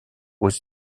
aux